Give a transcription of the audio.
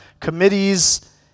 committees